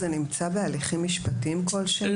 זה נמצא בהליכים משפטיים כלשהם?